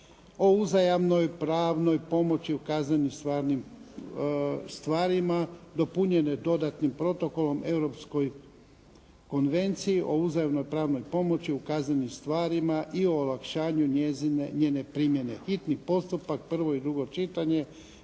o uzajamnoj pravnoj pomoći u kaznenim stvarima dopunjene dodatnim protokolom Europskoj konvenciji o uzajamnoj pravnoj pomoći u kaznenim stvarima i o olakšanju njene primjene, hitni je postupak bio, prvo i drugo čitanje,